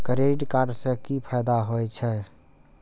Credit card से कि फायदा होय छे?